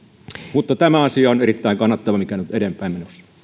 mutta tämä asia mikä nyt on eteenpäin menossa